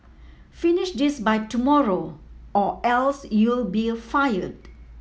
finish this by tomorrow or else you'll be fired